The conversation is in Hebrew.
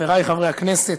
חברי חברי הכנסת,